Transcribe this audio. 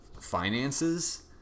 finances